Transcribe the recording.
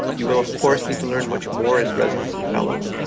you will, of course, need to learn much more as residents and fellows.